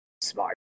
smart